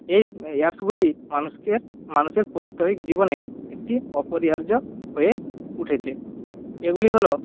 এই অ্যাপসগুলি মানুষকের মানুষের প্রত্যহিক জীবনে একটি অপরিহার্য হয়ে উঠেছে এগুলি হল